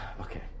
Okay